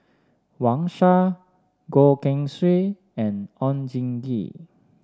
Wang Sha Goh Keng Swee and Oon Jin Gee